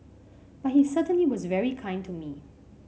but he certainly was very kind to me